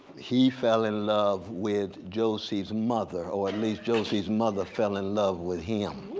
he fell in love with josie's mother. or at least josie's mother fell in love with him.